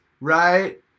right